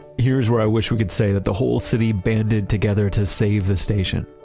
here's where i wish we could say that the whole city banded together to save the station,